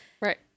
Right